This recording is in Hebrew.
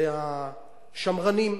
זה השמרנים.